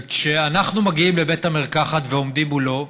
כשאנחנו מגיעים לבית המרקחת ועומדים מולו,